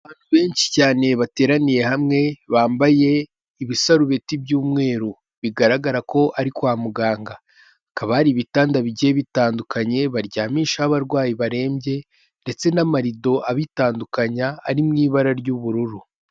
Abantu benshi cyane bateraniye hamwe bambaye ibisarubeti by'umweru bigaragara ko ari kwa muganga, hakaba hari ibitanda bigiye bitandukanye baryamishaho abarwayi barembye ndetse n'amarido abitandukanya ari mu ibara ry'ubururu.